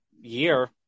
year